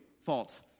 faults